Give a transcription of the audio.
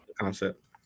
concept